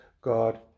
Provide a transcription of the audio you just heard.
God